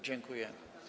Dziękuję.